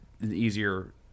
easier